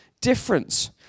difference